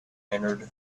entered